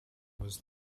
was